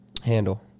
handle